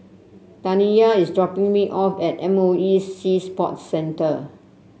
Taniyah is dropping me off at M O E Sea Sports Centre